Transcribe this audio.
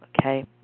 okay